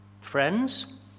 Friends